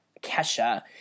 kesha